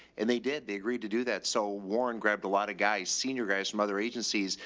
and they did. they agreed to do that. so warren grabbed a lot of guys, senior guys from other agencies,